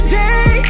day